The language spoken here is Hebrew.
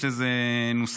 יש לזה נוסחה.